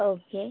okay